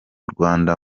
rwanda